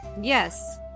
Yes